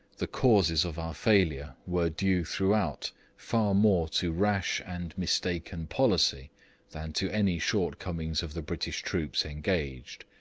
the causes of our failure were due throughout far more to rash and mistaken policy than to any shortcomings of the british troops engaged.